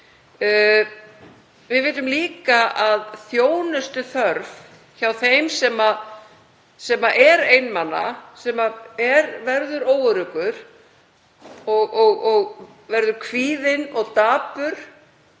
Við vitum líka að þjónustuþörf hjá þeim sem er einmana, sem verður óöruggur og kvíðinn og dapur